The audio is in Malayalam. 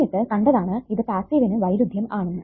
എന്നിട്ടു കണ്ടതാണ് ഇത് പാസ്സിവിനു വൈരുദ്ധ്യം ആണെന്ന്